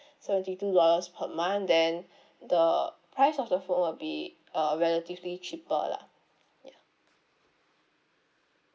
seventy two dollars per month then the price of the phone will be uh relatively cheaper lah ya